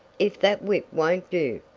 if that whip won't do,